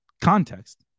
context